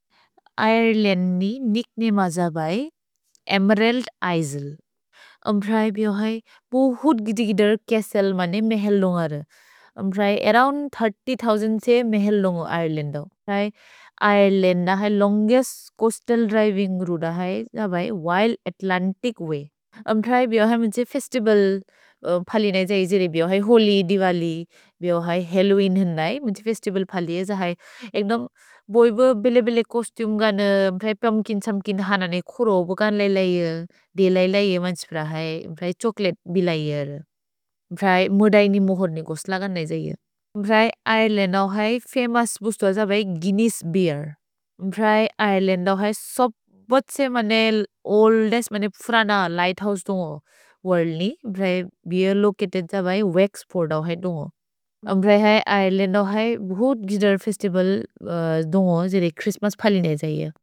Ireland नि निक्ने मज बै एमेरल्द् इस्ले। अम् प्रए बिओ है पोहुत् गिदिगिदर् केस्सेल् मने मेहेल् लुन्ग र। अम् प्रए अरोउन्द् तीस, शून्य से मेहेल् लुन्ग इरेलन्द् दौ। ऐरेलन्द् न है लोन्गेस्त् चोअस्तल् द्रिविन्ग् रोउते द है, ज बै विल्द् अत्लन्तिच् वय्। अम् प्रए बिओ है मुन्से फेस्तिवल् फलिने ज इजेरे बिओ है, होलि, दिवलि, बिओ है, हल्लोवीन् न है मुन्से फेस्तिवल् फलिने ज है, एक्दोम् बोइब बिले बिले कोस्त्युम् गन, अम् प्रए पुम्प्किन् सम्किन् हनने खुरोबु गन लै लै, दे लै लै एमन्से प्र है, अम् प्रए छोचोलते बिल ही अर। अम् प्रए मुदैनि मुहोद्ने को स्लगन् न ही ज ही। अम् प्रए इरेलन्द् दौ है फमोउस् बुस्तो हज बै गुइन्नेस्स् भीर्। अम् प्रए इरेलन्द् दौ है सब्बत्से मने ओल्देस्त्, मने पुरन लिघ्थोउसे दौ हो, वोर्ल्द् नि। अम् प्रए बीर् लोचतेद् हज बै वक्स् पोउर् दौ हज दौ हो। अम् प्रए हैन् इरेलन्द् दौ हैन्, भूत् गितर् फेस्तिवल् दौ हो जेरे छ्ह्रिस्त्मस् फलिने ज ही।